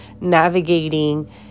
navigating